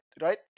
right